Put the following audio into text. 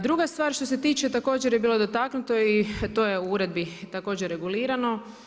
Druga stvar što se tiče također je bilo dotaknuto i to je u uredbi također regulirano.